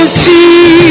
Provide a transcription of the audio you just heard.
see